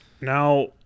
Now